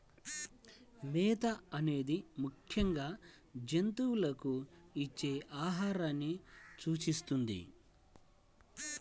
మేత అనేది ముఖ్యంగా జంతువులకు ఇచ్చే ఆహారాన్ని సూచిస్తుంది